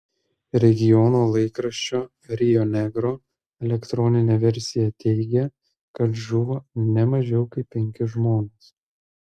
regiono laikraščio rio negro elektroninė versija teigia kad žuvo ne mažiau kaip penki žmonės